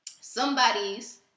somebody's